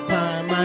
time